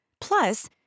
plus